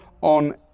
on